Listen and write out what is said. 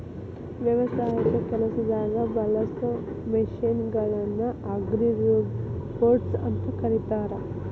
ವ್ಯವಸಾಯದ ಕೆಲಸದಾಗ ಬಳಸೋ ಮಷೇನ್ ಗಳನ್ನ ಅಗ್ರಿರೋಬೊಟ್ಸ್ ಅಂತ ಕರೇತಾರ